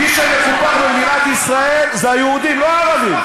מי שמקופח במדינת ישראל זה היהודים, לא הערבים.